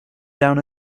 down